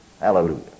Hallelujah